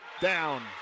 down